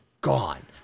gone